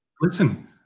listen